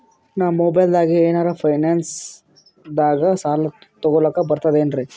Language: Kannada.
ನಾ ಮೊಬೈಲ್ದಾಗೆ ಏನರ ಫೈನಾನ್ಸದಾಗ ಸಾಲ ತೊಗೊಲಕ ಬರ್ತದೇನ್ರಿ?